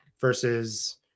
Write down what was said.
versus